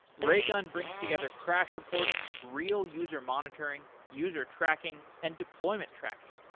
raygun brings together crash reporting, real user monitoring, user tracking and deployment tracking.